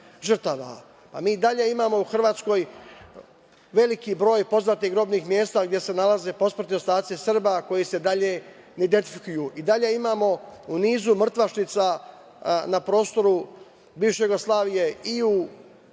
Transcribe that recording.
i dalje imamo u Hrvatskoj veliki broj poznatih grobnih mesta gde se nalaze posmrtni ostaci Srba, koji se dalje identifikuju. I dalje imamo u nizu mrtvačnica na prostoru bivše Jugoslavije i u Zagrebu,